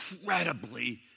incredibly